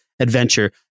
Adventure